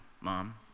mom